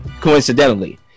Coincidentally